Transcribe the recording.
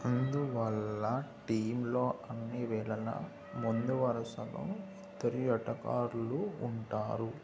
అందువల్ల టీంలో అన్ని వేళలా ముందు వరుసలో తొలిఆటగాళ్ళు ఉంటారు